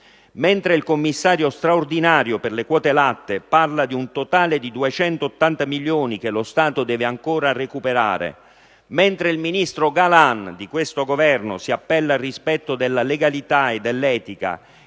mentre il commissario straordinario per le quote latte parla di un totale di 280 milioni che lo Stato deve recuperare; mentre il ministro Galan, di questo Governo, si appella al rispetto della legalità e dell'etica